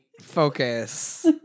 focus